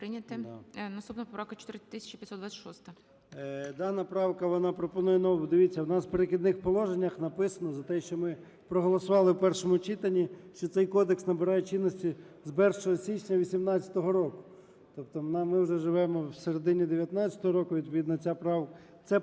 Дана правка, вона пропонує… Дивіться, у нас в "Перехідних положеннях" написано за те, що ми проголосували в першому читанні, що цей кодекс набирає чинності з 1 січня 18-го року. Тобто ми вже живемо всередині 19-го року, відповідно,